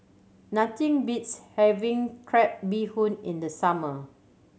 nothing beats having crab bee hoon in the summer